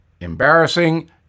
Embarrassing